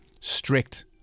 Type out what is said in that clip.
strict